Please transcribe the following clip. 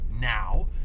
now